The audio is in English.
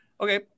Okay